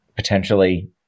Potentially